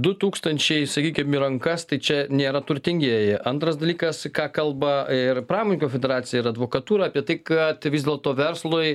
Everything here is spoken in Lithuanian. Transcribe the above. du tūkstančiai sakykim į rankas tai čia nėra turtingieji antras dalykas ką kalba ir pramoninkų federacija ir advokatūra apie tai kad vis dėlto verslui